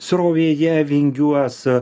srovėje vingiuos